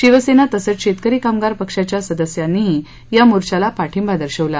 शिवसेना तसंच शेतकरी कामगार पक्षाच्या सदस्यांनीही शेतकरी मोर्चाला पाठिंबा दर्शवला